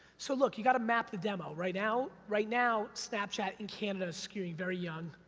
so, look you got a map the demo right now, right now snapchat in canada is skewing very young.